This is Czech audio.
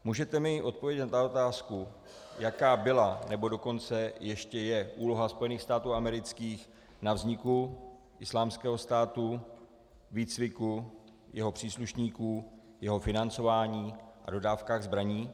Můžete mi odpovědět na otázku, jaká byla, nebo dokonce ještě je úloha Spojených států amerických na vzniku Islámského státu, výcviku jeho příslušníků, jeho financování a dodávkách zbraní?